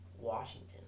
Washington